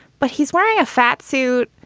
but he's wearing a fat suit.